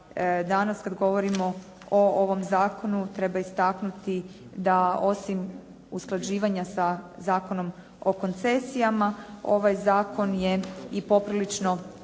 danas kad govorimo o ovom zakonu treba istaknuti da osim usklađivanja sa Zakonom o koncesijama ovaj zakon je i poprilično